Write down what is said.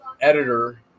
editor